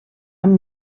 amb